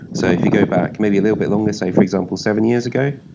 so if you go back maybe a little bit longer, say for example seven years ago,